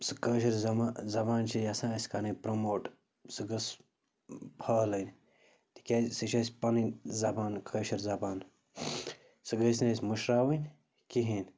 سُہ کٲشِر زما زبان چھِ یژھان اَسہِ کَرٕنۍ پرٛموٹ سُہ گٔژھ پھٲلٕنۍ تِکیٛازِ سۄ چھِ اَسہِ پنٕنۍ زبان کٲشِر زبان سُہ گٔژھۍ نہٕ أسۍ مٔشراوٕنۍ کِہیٖنۍ